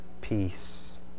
peace